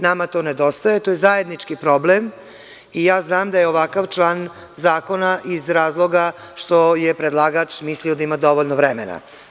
Nama to nedostaje, to je zajednički problem i ja znam da je ovakav član zakona iz razloga što je predlagač mislio da ima dovoljno vremena.